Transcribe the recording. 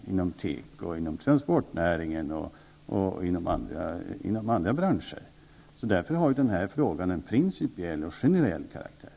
Det kan gälla företag inom teko, inom transportnäringen och inom andra branscher. Av den anledningen har den här frågan en principiell och generell karaktär.